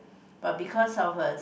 but because of a